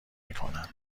میکنن